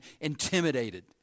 intimidated